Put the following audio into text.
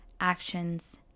actions